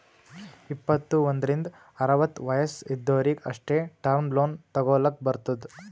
ಇಪ್ಪತ್ತು ಒಂದ್ರಿಂದ್ ಅರವತ್ತ ವಯಸ್ಸ್ ಇದ್ದೊರಿಗ್ ಅಷ್ಟೇ ಟರ್ಮ್ ಲೋನ್ ತಗೊಲ್ಲಕ್ ಬರ್ತುದ್